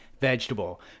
Vegetable